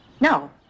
No